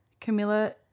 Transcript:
Camilla